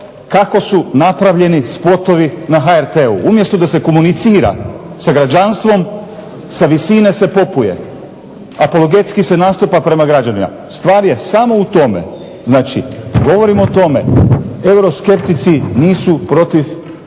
kako su napravljeni spotovi na HRT-u. Umjesto da se komunicira sa građanstvom sa visine se popuje, apologetski se nastupa prema građanima. Stvar je samo u tome, znači govorimo o tome euroskeptici nisu protiv